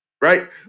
Right